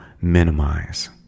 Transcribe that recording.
minimize